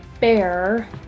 bear